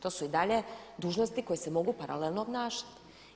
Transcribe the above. To su i dalje dužnosti koje se mogu paralelno obnašati.